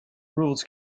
rules